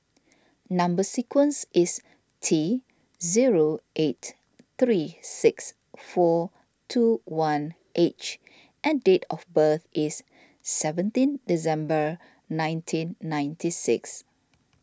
Number Sequence is T zero eight three six four two one H and date of birth is seventeen December nineteen ninety six